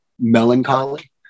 melancholy